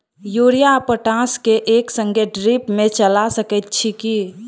Urea आ potash केँ एक संगे ड्रिप मे चला सकैत छी की?